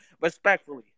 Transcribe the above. respectfully